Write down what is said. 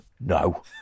No